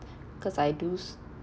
cause I do